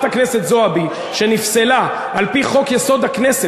הכנסת זועבי שנפסלה על-פי חוק-יסוד: הכנסת,